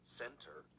center